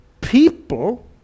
People